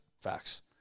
Facts